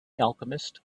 alchemist